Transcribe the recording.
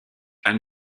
anne